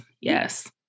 yes